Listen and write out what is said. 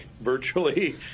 virtually